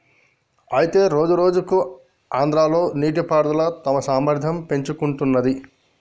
అయితే రోజురోజుకు ఆంధ్రాలో నీటిపారుదల తన సామర్థ్యం పెంచుకుంటున్నది